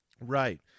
right